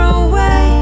away